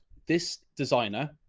this designer,